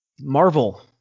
Marvel